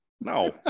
No